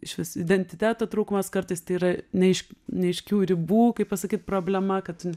išvis identiteto trūkumas kartais tai yra neaiš neaiškių ribų kaip pasakyt problema kad tu